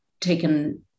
taken